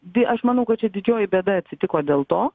tai aš manau kad čia didžioji bėda atsitiko dėl to